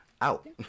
out